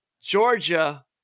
Georgia